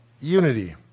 unity